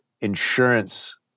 insurance